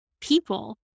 people